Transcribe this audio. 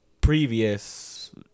previous